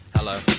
hello